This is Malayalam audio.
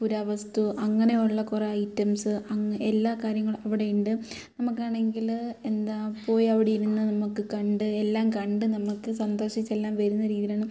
പുരാവസ്തു അങ്ങനെയുള്ള കുറെ ഐറ്റംസ് അങ്ങനെ എല്ലാ കാര്യങ്ങളും അവിടെ ഉണ്ട് നമുക്കാണെങ്കിൽ എന്താ പോയി അവിടെ ഇരുന്ന് നമുക്ക് കണ്ട് എല്ലാം കണ്ട് നമുക്ക് സന്തോഷിച്ച് എല്ലാം വരുന്ന രീതിയിലാണ്